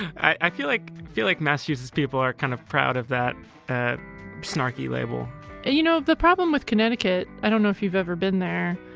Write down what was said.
i like feel like massachusetts people are kind of proud of that snarky label you know the problem with connecticut i don't know if you've ever been there?